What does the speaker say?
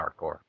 hardcore